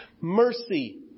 mercy